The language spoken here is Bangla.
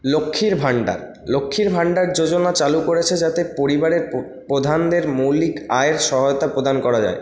লক্ষীর ভান্ডার লক্ষীর ভান্ডার যোজনা চালু করেছে যাতে পরিবারের প্রধানদের মৌলিক আয়ের সহায়তা প্রদান করা যায়